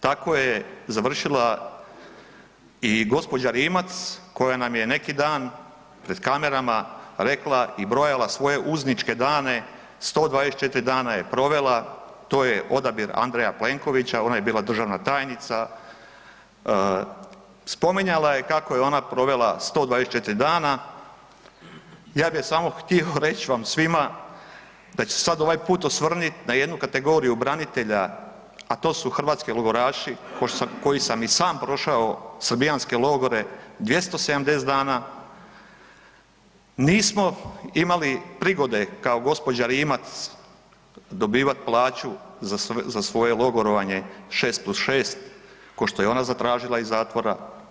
Tako je završila i gđa. Rimac koja nam je neki dan pred kamerama rekla i brojala svoje uzničke dane, 124 dana je provela, to je odabir Andreja Plenkovića, onda je bila državna tajnica, spominjala je kako je ona provela 124 dana, ja bih joj samo htio reći vam svima, da ću se sad ovaj puta osvrnit na jednu kategoriju branitelja, a to su hrvatski logoraši, koje sam i sam prošao srbijanske logore, 270 dana, nismo imali prigode kao gđa. Rimac dobivati plaću za svoje logorovanje 6+6, kao što je ona zatražila iz zatvora.